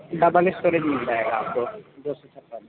double storage مِل جائے گا آپ کو دو سو چھپن